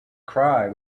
cry